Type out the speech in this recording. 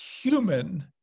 human